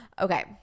Okay